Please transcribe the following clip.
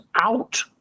out